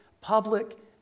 public